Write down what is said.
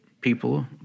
people